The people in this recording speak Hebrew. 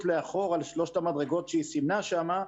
לאחור על שלושת המדרגות שהיא סימנה שם,